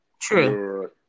true